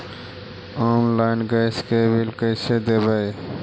Online gas के bill कैसे देबै?